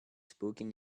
spoken